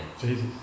Jesus